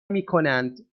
میکنند